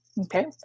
Okay